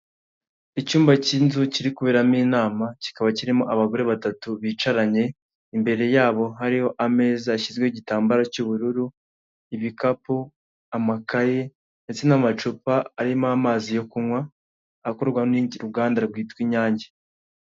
Icyumba cy'inzu kiri kuberamo inama, kikaba kirimo abagore batatu bicaranye, imbere yabo hariho ameza yashyizweho igitambaro cy'ubururu, ibikapu, amakaye ndetse n'amacupa arimo amazi yo kunywa, akorwamo n'uruganda rwitwa Inyange.